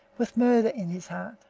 with murder in his heart.